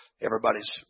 everybody's